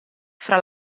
fra